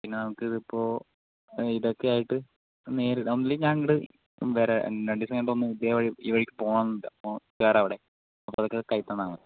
പിന്നെ നമുക്കിതിപ്പോൾ ഇതൊക്കെയായിട്ടു നേരിട്ട് ഒന്നിലെങ്കിൽ ഞാൻ അങ്ങട് വരാ രണ്ട് ദിവസം കഴിയുമ്പോൾ ഇതേ വഴി ഈ വഴിക്ക് പോണമെന്നുണ്ട് അപ്പോൾ കയ്യിൽ തന്നാൽ മതി